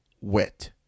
wet